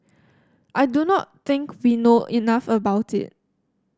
I do not think we know enough about it